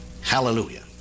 Hallelujah